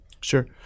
Sure